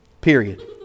Period